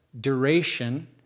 duration